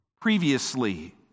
previously